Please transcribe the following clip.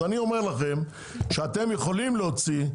אז אני אומר לכם שאתם יכולים להוציא,